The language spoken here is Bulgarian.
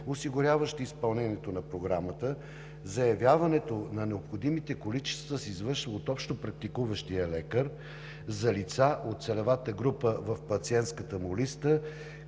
осигуряващи изпълнението на Програмата, заявяването на необходимите количества се извършва от общопрактикуващия лекар за лица от целевата група в пациентската му листа